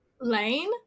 Lane